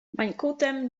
mańkutem